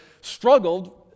struggled